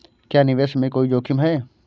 क्या निवेश में कोई जोखिम है?